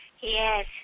Yes